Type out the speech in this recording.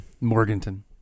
Morganton